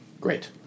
Great